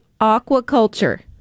aquaculture